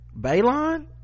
Balon